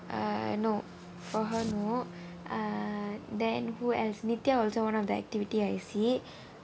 uh no for her no uh who else nitia also one of the activity I_C